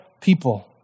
people